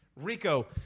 Rico